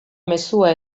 mezua